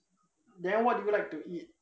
then what do you like to eat